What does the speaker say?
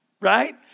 right